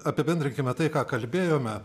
apibendrinkime tai ką kalbėjome